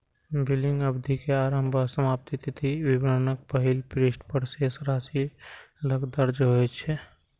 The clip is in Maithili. बिलिंग अवधि के आरंभ आ समाप्ति तिथि विवरणक पहिल पृष्ठ पर शेष राशि लग दर्ज होइ छै